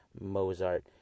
Mozart